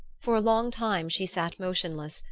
for a long time she sat motionless,